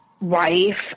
wife